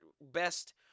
best